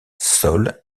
sol